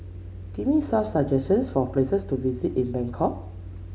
give me some suggestions for places to visit in Bangkok